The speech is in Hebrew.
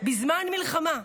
בזמן מלחמה,